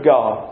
God